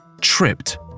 tripped